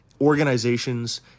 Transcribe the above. organizations